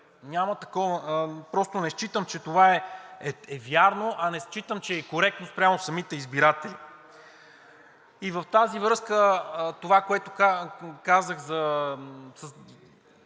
Просто не считам, че това е вярно, а не считам, че е и коректно спрямо самите избиратели. И в тази връзка, това, което казах за